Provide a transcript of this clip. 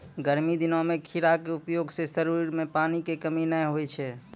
गर्मी दिनों मॅ खीरा के उपयोग सॅ शरीर मॅ पानी के कमी नाय होय छै